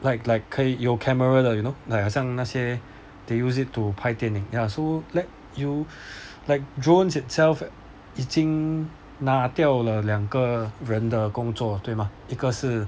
like like 可以有 camera 的 you know like 好像那些 they use it to 拍电影 ya so like you like drones itself 已经拿掉了两个人的工作对吗一个是